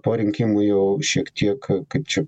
po rinkimų jau šiek tiek kaip čia